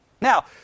Now